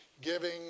giving